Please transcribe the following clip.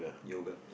Yoga